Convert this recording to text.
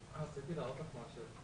אז כנראה שמותר גם אחרי זה.